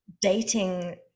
dating